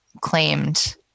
claimed